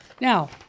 Now